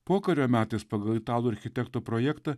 pokario metais pagal italų architekto projektą